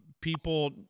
People